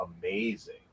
amazing